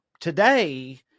Today